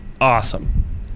awesome